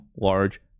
large